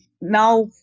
now